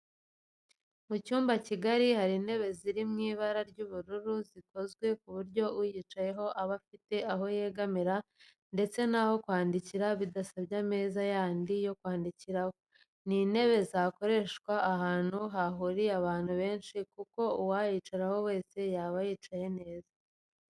Mu cyumba kigari hari intebe ziri mu ibara ry'ubururu, zikozwe ku buryo uyicayeho aba afite aho yegamira ndetse n'aho kwandikira bidasabye ameza yandi yo kwandikiraho. Ni intebe zakoreshwa ahantu hahuriye abantu benshi kuko uwayicaraho wese yaba yicaye neza.